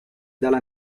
dalla